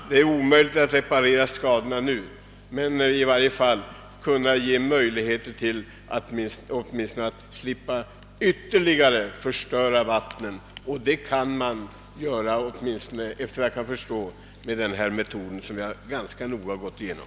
Det är omöjligt att nu reparera skadorna på våra vatten, men vi kanske åtminstone kan undgå att förstöra vattendragen ytterligare. Och efter vad jag förstår kan vi åstadkomma det med den metod jag talat för och som jag ganska noga har gått igenom.